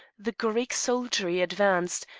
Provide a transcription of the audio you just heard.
the greek soldiery advanced,